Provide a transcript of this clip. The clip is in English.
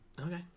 Okay